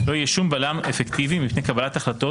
לא יהיה שום בלם אפקטיבי מפני קבלת החלטות